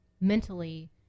mentally